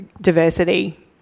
diversity